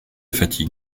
fatigue